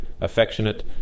affectionate